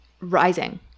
rising